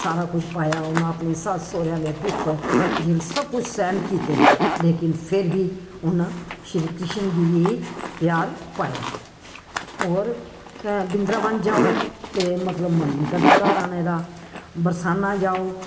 सारा कुछ पाया उन्न अपने सस्स सौह्रे दे दुख जे सब कुछ सैह्न कीते लेकिन फिर बी उन्न श्री कृष्ण दी गी प्यार पाया होर वृंदावन जाओ ते मतलब मन निं करदा घर आने दा बरसान्ना जाओ